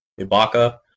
Ibaka